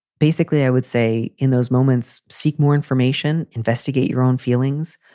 basically, i would say in those moments, seek more information, investigate your own feelings.